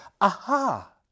Aha